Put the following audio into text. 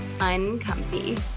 uncomfy